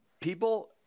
people –